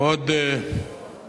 עוד